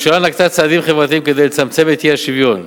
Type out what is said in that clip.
הממשלה נקטה צעדים חברתיים כדי לצמצם את אי-השוויון,